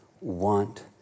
want